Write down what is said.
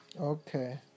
Okay